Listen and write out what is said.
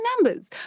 numbers